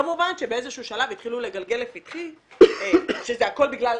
כמובן שבאיזשהו שלב התחילו לגלגל לפתחי שזה הכול בגללנו,